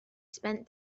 spent